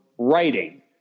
writing